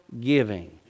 giving